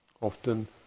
Often